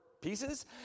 pieces